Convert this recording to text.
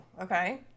okay